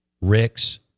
Rick's